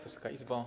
Wysoka Izbo!